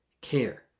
care